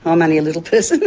um and a little person,